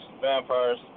vampires